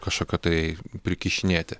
kažkokio tai prikišinėti